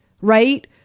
Right